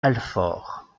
alfort